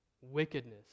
wickedness